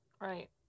Right